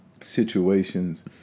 situations